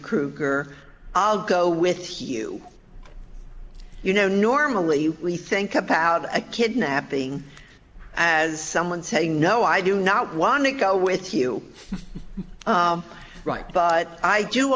krueger i'll go with he you you know normally we think about a kidnapping as someone saying no i do not want to go with you right but i do